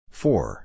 four